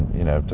you know,